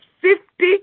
fifty